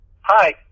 Hi